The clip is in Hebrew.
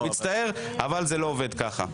מצטער, אבל זה לא עובד כך.